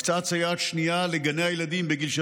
הקצאת סייעת שנייה לגני ילדים בגילי